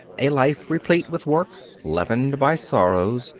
a life replete with work, leavened by sorrows,